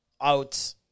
out